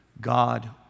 God